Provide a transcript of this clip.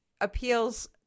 appeals